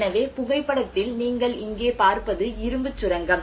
எனவே புகைப்படத்தில் நீங்கள் இங்கே பார்ப்பது இரும்புச் சுரங்கம்